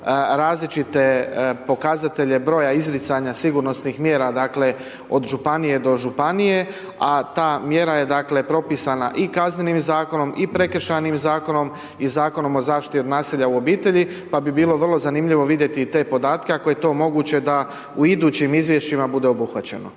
različite pokazatelje broja izricanja sigurnosnih mjera, dakle, od županije do županije, a ta mjera je, dakle, propisana i kaznenim zakonom i prekršajnim zakonom i Zakonom o zaštiti od nasilja u obitelji, pa bi bilo vrlo zanimljivo vidjeti i te podatke ako je to moguće da u idućim izvješćima bude obuhvaćeno.